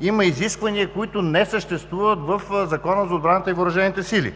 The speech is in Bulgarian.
има изисквания, които не съществуват в Закона за отбраната и въоръжените сили